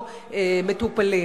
או מטופלים.